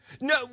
No